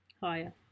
Higher